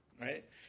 right